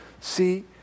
See